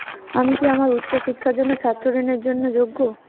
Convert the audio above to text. আমি কি আমার উচ্চ শিক্ষার জন্য ছাত্র ঋণের জন্য যোগ্য?